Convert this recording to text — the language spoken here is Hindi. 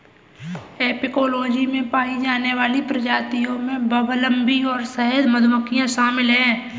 एपिकोलॉजी में पाई जाने वाली प्रजातियों में बंबलबी और शहद मधुमक्खियां शामिल हैं